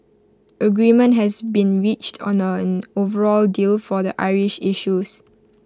agreement has been reached on an overall deal for the Irish issues